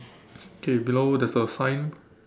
okay below there is a sign